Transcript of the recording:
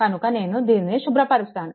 కనుక నేను దీనిని శుభ్రపరుస్తాను